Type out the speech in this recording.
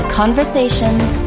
conversations